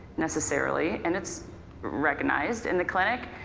necessarily, and it's recognized in the clinic,